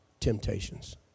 Temptations